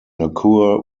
occur